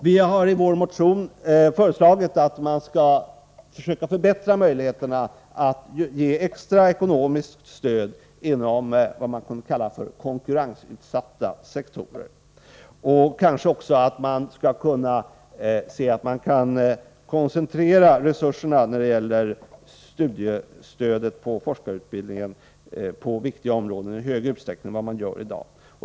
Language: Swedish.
Vi har i vår motion föreslagit att man skall försöka förbättra möjligheterna att ge extra ekonomiskt stöd inom vad man kunde kalla konkurrensutsatta sektorer och försöka koncentrera resurserna när det gäller studiestödet inom forskarutbildningen på viktiga områden i högre utsträckning än vad man gör i dag.